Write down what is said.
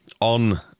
on